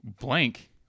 Blank